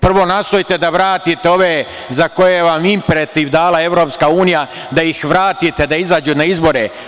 Prvo, nastojite da vratite ove za koje vam je imperativ dala EU, da ih vratite da izađu na izbore.